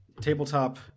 tabletop